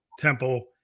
temple